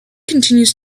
continues